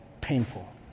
painful